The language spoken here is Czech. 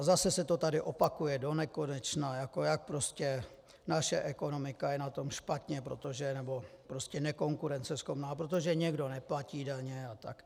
Zase se to tady opakuje donekonečna, jak prostě naše ekonomika je na tom špatně, prostě je nekonkurenceschopná, protože někdo neplatí daně a tak.